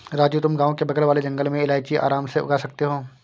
राजू तुम गांव के बगल वाले जंगल में इलायची आराम से उगा सकते हो